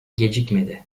gecikmedi